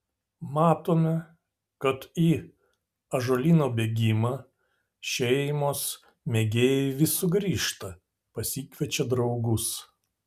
matome kad į ąžuolyno bėgimą šeimos mėgėjai vis sugrįžta pasikviečia draugus